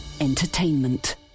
Entertainment